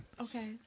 Okay